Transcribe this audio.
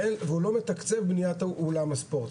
והוא לא מתקצב בניית אולם הספורט.